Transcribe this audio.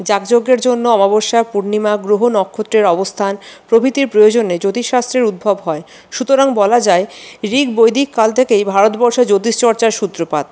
যাগযজ্ঞের জন্য অমাবস্যা পূর্ণিমা গ্রহ নক্ষত্রের অবস্থান প্রভৃতির প্রয়োজনে জ্যোতিষ শাস্ত্রের উদ্ভব হয় সুতরাং বলা যায় ঋক্ বৈদিককাল থেকেই ভারতবর্ষে জ্যোতিষচর্চার সূত্রপাত